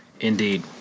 Indeed